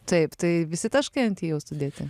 taip tai visi taškai ant i jau sudėti